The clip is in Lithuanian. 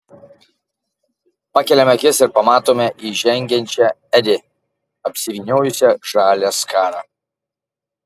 pakeliame akis ir pamatome įžengiančią edi apsivyniojusią žaliąją skarą